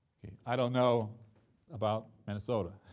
i don't know about minnesota.